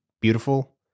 beautiful